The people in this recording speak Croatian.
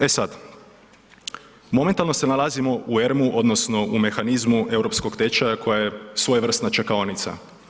E sad, monetarno se nalazimo u ERM-u odnosno u mehanizmu europskog tečaja koja je svojevrsna čekaonica.